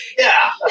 yeah.